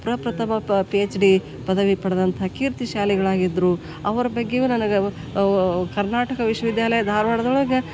ಪ್ರಪ್ರಥಮ ಪ P H D ಪದವಿ ಪಡೆದಂಥ ಕೀರ್ತಿಶಾಲಿಗಳಾಗಿದ್ದರು ಅವರ ಬಗ್ಗೆಯೂ ನನಗೆ ಔ ಕರ್ನಾಟಕ ವಿಶ್ವವಿದ್ಯಾಲಯ ಧಾರ್ವಾಡ್ದೊಳಗೆ